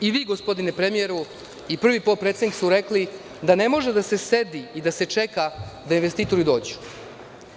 I vi gospodine premijeru i prvi potpredsednik ste rekli da ne može da se sedi i da se čeka da investitori dođu.